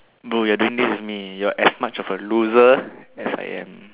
bro you're doing this with me you're as much of a loser as I am